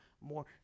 more